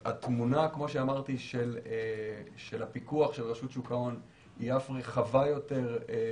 התמונה של הפיקוח של רשות שוק ההון היא אף רחבה יותר בעייננו